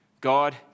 God